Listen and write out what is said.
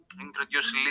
introduce